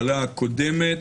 הקודמת,